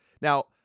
now